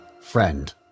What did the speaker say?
friend